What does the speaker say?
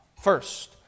First